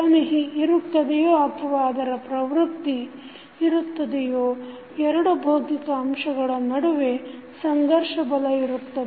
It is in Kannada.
ಚಲನೆ ಇರುತ್ತದೆಯೋ ಅಥವಾ ಅದರ ಪ್ರವೃತ್ತಿ ಇರುತ್ತದೆಯೋ ಎರಡು ಭೌತಿಕ ಅಂಶಗಳ ನಡುವೆ ಘರ್ಷಣ ಬಲ ಇರುತ್ತದೆ